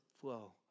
flow